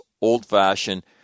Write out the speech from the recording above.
old-fashioned